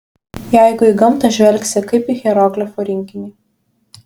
jeigu į gamtą žvelgsi kaip į hieroglifų rinkinį